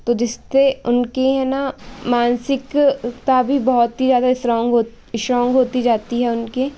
तो जिससे उनकी है न मानसिक उतना भी बहुत ही ज़्यादा इसरोंग हो ईशरॉग होती जाती है उनकी